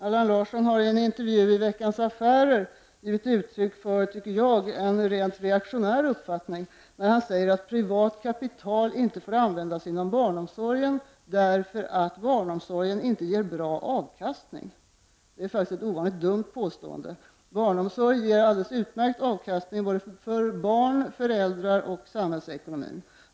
Allan Larsson har i en intervju i Veckans Affärer givit uttryck för, tycker jag. en rent reaktionär uppfattning när han säger att privat kapital inte får användas inom barnomsorgen, därför att barnomsorgen inte ger bra avkastning. Det är faktiskt ett ovanligt dumt påstående. Barnomsorg ger alldeles utmärkt avkastning för både barnen, föräldrarna och samhällsekonomin.